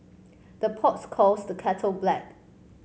the pots calls the kettle black